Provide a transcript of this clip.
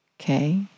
Okay